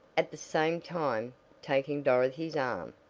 at the same time taking dorothy's arm.